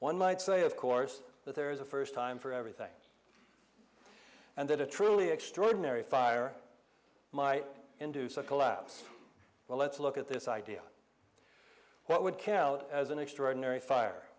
one might say of course that there is a first time for everything and that a truly extraordinary fire might induce a collapse well let's look at this idea what would count as an extraordinary fire